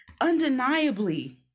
undeniably